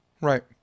right